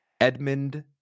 Edmund